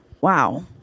Wow